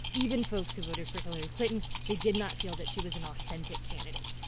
even folks who voted for hillary clinton they did not feel that she was an authentic candidate.